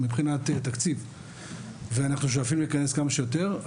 מבחינת תקציב ואנחנו שואפים לכנס כמה שיותר,